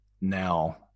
now